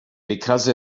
because